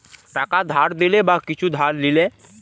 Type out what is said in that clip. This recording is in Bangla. টাকা ধার দিলে বা কিছু ধার লিলে